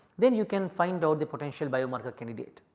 then you can find out the potential biomarker candidate.